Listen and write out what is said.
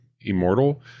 immortal